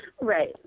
Right